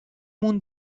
مون